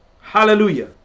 Hallelujah